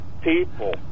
people